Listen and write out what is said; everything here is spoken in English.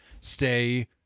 stay